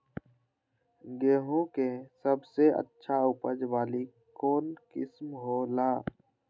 गेंहू के सबसे अच्छा उपज वाली कौन किस्म हो ला?